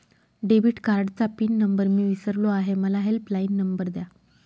debit कार्डचा PIN number मी विसरलो आहे मला हेल्पलाइन नंबर द्या